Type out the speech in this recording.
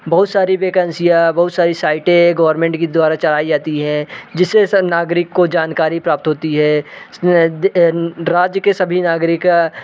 बहुत सारी वैकेंसियाँ बहुत सारी साइटें गोरमेंट की द्वारा चलाई जाती है जिससे सब नागरिक को जानकारी प्राप्त होती है जिसमें राज्य के सभी नागरिक